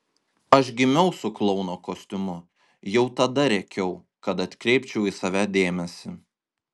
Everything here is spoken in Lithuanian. aš gimiau su klouno kostiumu jau tada rėkiau kad atkreipčiau į save dėmesį